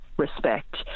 Respect